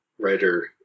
writer